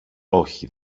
όχι